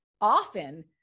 often